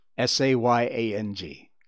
S-A-Y-A-N-G